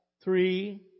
three